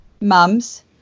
mums